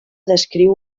descriu